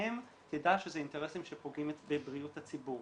שלהם תדע שאלה אינטרסים שפוגעים בבריאות הציבור".